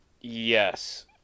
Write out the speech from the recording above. Yes